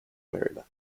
maryland